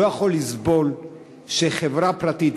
לא יכול לסבול שחברה פרטית,